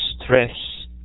stress